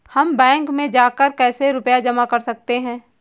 हम बैंक में जाकर कैसे रुपया जमा कर सकते हैं?